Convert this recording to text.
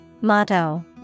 Motto